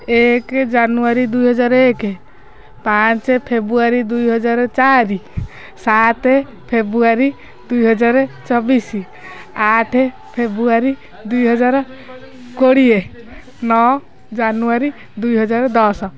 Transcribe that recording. ଏକ ଜାନୁଆରୀ ଦୁଇ ହଜାର ଏକ ପାଞ୍ଚ ଫେବୃଆରୀ ଦୁଇ ହଜାର ଚାରି ସାତ ଫେବୃଆରୀ ଦୁଇ ହଜାର ଚବିଶ ଆଠ ଫେବୃଆରୀ ଦୁଇ ହଜାର କୋଡ଼ିଏ ନଅ ଜାନୁଆରୀ ଦୁଇ ହଜାର ଦଶ